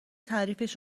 تعریفش